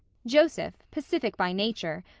joseph, pacific by nature,